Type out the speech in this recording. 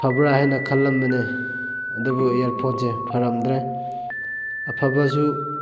ꯐꯕ꯭ꯔꯥ ꯍꯥꯏꯅ ꯈꯜꯂꯝꯕꯅꯦ ꯑꯗꯨꯕꯨ ꯏꯌꯥꯔꯐꯣꯟꯁꯦ ꯐꯔꯝꯗ꯭ꯔꯦ ꯑꯐꯕꯁꯨ